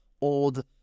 old